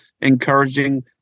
encouraging